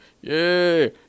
Yay